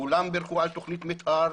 כולם בירכו על תוכנית מתאר,